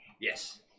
Yes